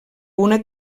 una